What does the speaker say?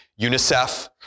UNICEF